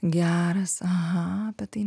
geras aha apie tai